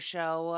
Show